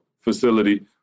facility